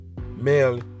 male